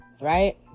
Right